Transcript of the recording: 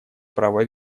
права